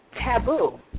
taboo